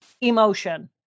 emotion